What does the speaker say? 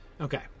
Okay